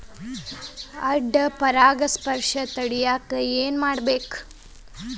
ಅಡ್ಡ ಪರಾಗಸ್ಪರ್ಶ ತಡ್ಯಾಕ ಏನ್ ಮಾಡ್ಬೇಕ್?